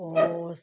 ਔਸਤ